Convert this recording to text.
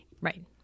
right